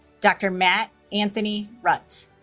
dr. matt anthony rutz